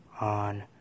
on